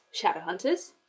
Shadowhunters